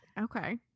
Okay